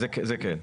זה כן.